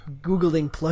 googling